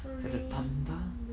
it's gonna rain